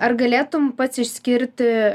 ar galėtum pats išskirti